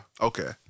Okay